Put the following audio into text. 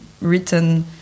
written